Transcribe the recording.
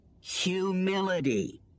Humility